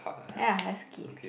ya let's skip